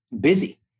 busy